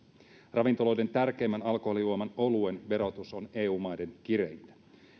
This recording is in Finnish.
ravintoloiden tärkeimmän alkoholijuoman oluen verotus on eu maiden kireintä